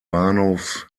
bahnhofs